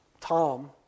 Tom